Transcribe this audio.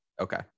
Okay